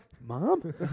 Mom